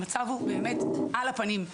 המצב הוא באמת על הפנים.